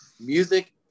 music